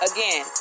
Again